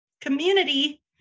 community